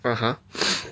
(uh huh)